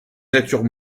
natures